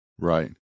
Right